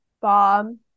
bomb